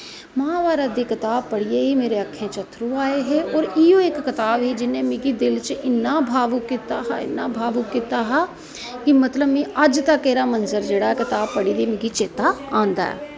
महाभारत दी कताब पढ़ियै मेरी अक्खां च अत्थरु आए हे इयै इक किताब ही जिनें मेरे दिल च इन्ना भावुक कीता इन्ना भावुक कीता हा कि मतलब अजतक एहदा मंजर जेहड़ा किताब पढ़ी दी में चेता आंदा ऐ